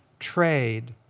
trade,